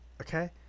Okay